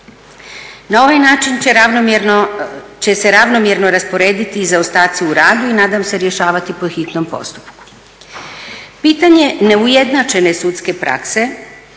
Na ovaj način će se ravnomjerno rasporediti zaostaci u radu i nadam se rješavati po hitnom postupku. Pitanje neujednačene sudske prakse